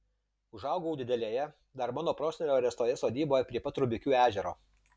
užaugau didelėje dar mano prosenelio ręstoje sodyboje prie pat rubikių ežero